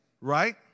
Right